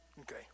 Okay